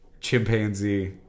chimpanzee